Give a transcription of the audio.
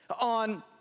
on